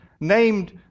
named